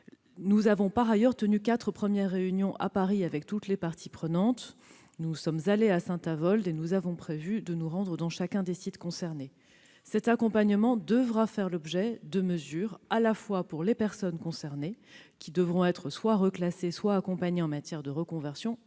Nous avons par ailleurs tenu quatre premières réunions, à Paris, avec toutes les parties prenantes. En outre, nous sommes allés à Saint-Avold et nous avons prévu de nous rendre dans chacun des sites concernés. Cet accompagnement devra faire l'objet de mesures à la fois pour les personnes concernées, qui devront être soit reclassées, soit aidées dans leur reconversion,